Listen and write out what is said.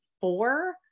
four